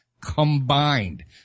combined